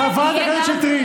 חברת הכנסת שטרית.